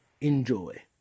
Enjoy